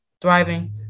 thriving